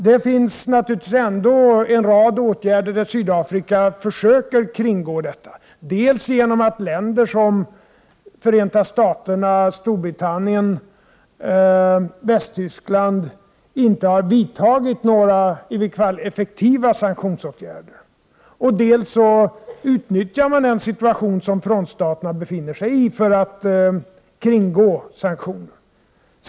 Det finns naturligtvis en rad exempel på att Sydafrika försöker kringgå sanktionerna, bl.a. genom att länder som Förenta Staterna, Storbritannien och Västtyskland inte har vidtagit sanktioner, åtminstone inte några som är effektiva. Dessutom utnyttjas den situation som frontstaterna befinner sig i för att kringgå sanktionerna.